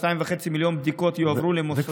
2.5 מיליון בדיקות יועברו למוסדות.